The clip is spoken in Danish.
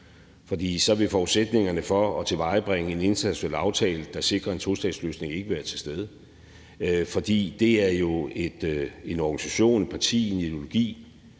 for så vil forudsætningerne for at tilvejebringe en international aftale, der sikrer en tostatsløsning, ikke være til stede. Det er jo en organisation, et parti, en ideologi,